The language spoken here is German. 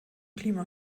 klima